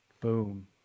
Boom